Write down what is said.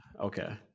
okay